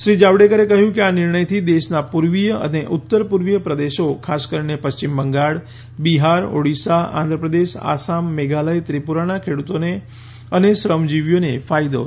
શ્રી જાવડેકરે ક્લ્યું કે આ નિર્ણયથી દેશનાં પૂર્વીય અને ઉત્તર પૂર્વીય પ્રદેશો ખાસ કરીને પશ્ચિમ બંગાળ બિહાર ઓડીશા આંધ્રપ્રદેશ આસામ મેધાલય ત્રિપુરાનાં ખેડૂતો અને શ્રમરજીવીઓને ફાયદો થશે